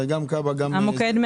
המוקד 105